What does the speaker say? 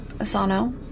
Asano